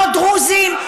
לא דרוזים,